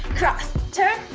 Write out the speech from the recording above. cross, turn,